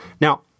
Now